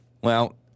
Well-